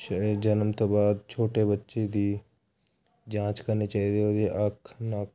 ਬੱਚੇ ਦੇ ਜਨਮ ਤੋਂ ਬਾਅਦ ਛੋਟੇ ਬੱਚੇ ਦੀ ਜਾਂਚ ਕਰਨੀ ਚਾਹੀਦੀ ਹੈ ਉਹਦੀ ਅੱਖ ਨੱਕ